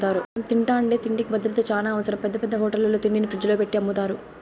మనం తింటాండే తిండికి భద్రత చానా అవసరం, పెద్ద పెద్ద హోటళ్ళల్లో తిండిని ఫ్రిజ్జుల్లో పెట్టి అమ్ముతారు